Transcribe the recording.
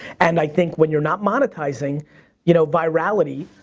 and i think when you're not monetizing you know virality,